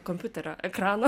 kompiuterio ekrano